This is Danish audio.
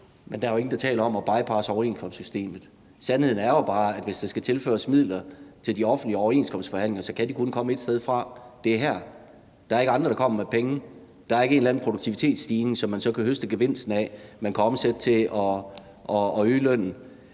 Men der er jo ingen, der taler om at bypasse overenskomstsystemet. Sandheden er jo bare, at hvis der skal tilføres midler til de offentlige overenskomstforhandlinger, kan de kun komme ét sted fra, og det er her. Der er ikke andre, der kommer med penge; der er ikke en eller anden produktivitetsstigning, som man så kan høste gevinsten af og omsætte til at øge lønnen.